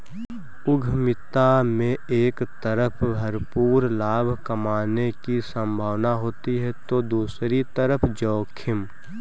उद्यमिता में एक तरफ भरपूर लाभ कमाने की सम्भावना होती है तो दूसरी तरफ जोखिम